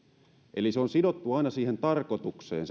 eli se välttämättömyysarviointi on sidottu aina siihen tarkoitukseen